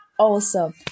Awesome